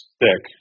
thick